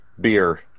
beer